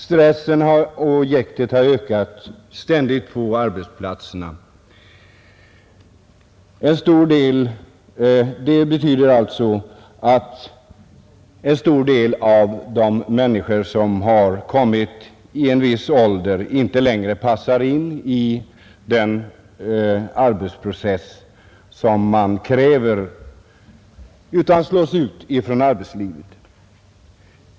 Stressen och jäktet ökar också ständigt på arbetsplatserna. Detta har medfört att många människor inte längre passar in i den högt uppdrivna arbetsprocessen utan slås ut från arbetslivet.